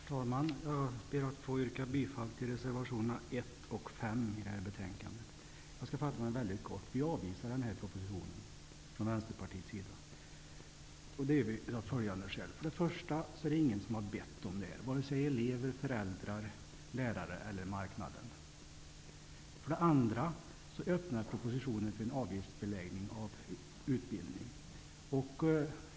Herr talman! Jag ber att få yrka bifall till reservationerna 1 och 5. Jag skall fatta mig mycket kort. Vi avvisar från Vänsterpartiets sida denna proposition. Det gör vi av följande skäl. För det första är det ingen som har bett om detta, vare sig elever, föräldrar, lärare eller marknaden. För det andra öppnar propositionen för en avgiftsbeläggning av utbildning.